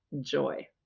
joy